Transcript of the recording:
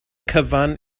cyfan